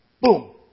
boom